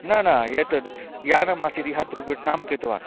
none एतद् यानमासीत् यः दुर्घटनां कृतवान्